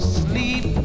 sleep